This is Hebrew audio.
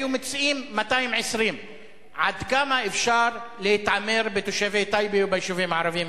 היו מוציאים 220. עד כמה אפשר להתעמר בתושבי טייבה ובישובים הערביים,